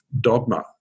dogma